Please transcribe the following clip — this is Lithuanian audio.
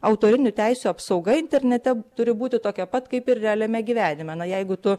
autorinių teisių apsauga internete turi būti tokia pat kaip ir realiame gyvenime na jeigu tu